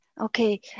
Okay